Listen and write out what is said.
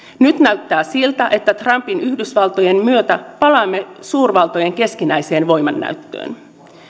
nyt näyttää siltä että trumpin yhdysvaltojen myötä palaamme suurvaltojen keskinäiseen voimannäyttöön